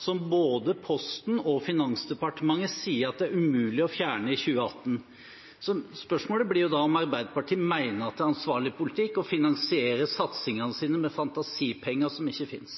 som både Posten og Finansdepartementet sier er umulig å fjerne i 2018, så blir spørsmålet: Mener Arbeiderpartiet da at det er ansvarlig politikk å finansiere satsingene sine med fantasipenger som ikke finnes?